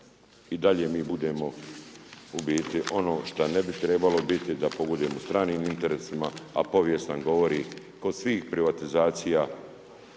i dalje mi budemo u biti ono što ne bi trebalo, da pogodujemo stranim interesima a povijest nam govori kod svih privatizacija